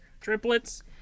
triplets